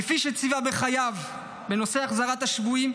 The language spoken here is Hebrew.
כפי שציווה בחייו, בנושא החזרת השבויים,